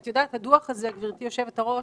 את יודעת, הדוח הזה, גברתי יושבת הראש,